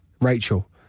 Rachel